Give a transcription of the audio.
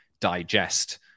digest